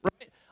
right